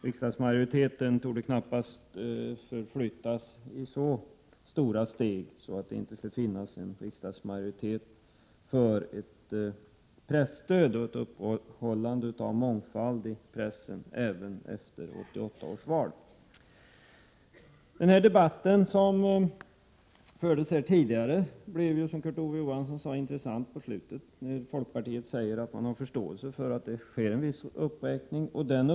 Riksdagsmajoriteten torde knappast förflyttas i så stora steg att den inte längre är för ett presstöd och ett upprätthållande av mångfald i pressen även efter 1988 års val. Den debatt som nu har förts blev, som Kurt Ove Johansson sade, intressant mot slutet, när folkpartiet sade sig ha förståelse för att det sker en viss uppräkning av produktionsbidraget.